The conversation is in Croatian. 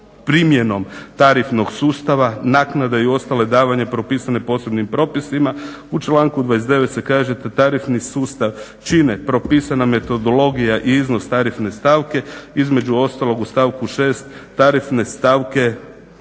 primjenom tarifnog sustava, naknada i ostalih davanja propisane posebnim propisima.". U članku 29. se kaže: "Da tarifni sustav čine propisana metodologija i iznos tarifne stavke." Između ostalog u stavku 6. "Tarifne stavke